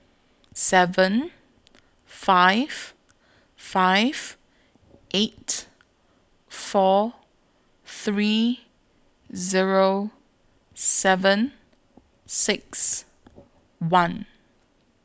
seven five five eight four three Zero seven six one